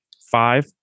Five